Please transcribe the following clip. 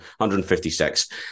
156